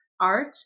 art